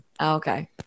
Okay